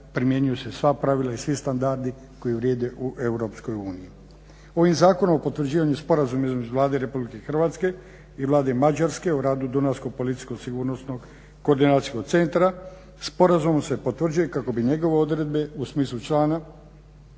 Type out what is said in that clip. primjenjuju se sva pravila i svi standardi koji vrijede u EU. Ovim zakonom o potvrđivanju sporazuma između Vlade RH i Vlade Mađarske u radu Dunavskog policijsko-sigurnosnog koordinacijskog centra sporazumom se potvrđuje kako bi njegove odredbe u smislu člana